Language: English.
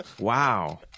Wow